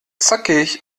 zackig